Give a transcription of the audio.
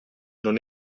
non